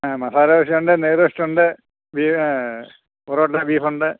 ആ മസാല ദോശയുണ്ട് നെയ് റോസ്റ്റ് ഉണ്ട് പൊറോട്ട ബീഫ് ഉണ്ട്